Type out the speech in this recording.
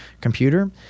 computer –